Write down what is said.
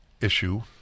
issue